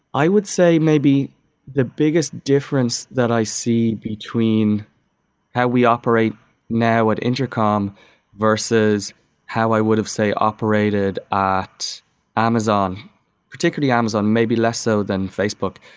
i would say maybe the biggest difference that i see between how we operate now at intercom versus how i would've say operated at amazon particularly amazon, maybe less so than facebook,